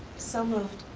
so moved.